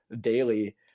daily